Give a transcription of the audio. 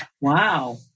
Wow